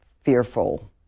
fearful